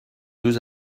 deux